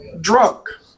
drunk